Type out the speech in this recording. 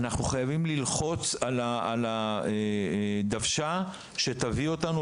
אנחנו חייבים ללחוץ על הדוושה שתביא אותנו